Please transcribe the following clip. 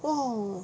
!wow!